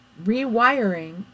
rewiring